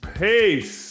peace